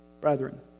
brethren